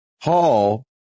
Hall